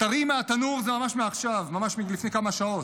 טרי מהתנור, זה ממש מעכשיו, ממש מלפני כמה שעות.